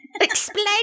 Explain